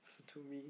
to me